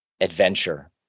adventure